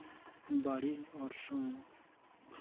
ᱵᱟᱹᱲᱤᱡ ᱚᱨᱥᱚᱝ